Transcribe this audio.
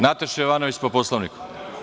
Nataša Jovanović, po Poslovniku.